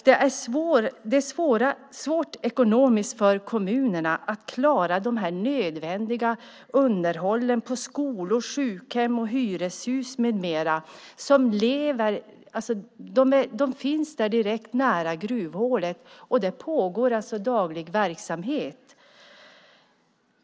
Det är svårt för kommunerna att klara det nödvändiga underhållet av skolor, sjukhem, hyreshus med mera som finns nära gruvhålet, där det pågår daglig verksamhet.